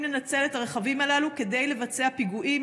לנצל את הרכבים הללו כדי לבצע פיגועים,